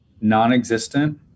non-existent